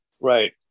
right